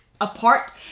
apart